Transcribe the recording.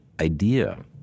idea